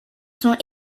sont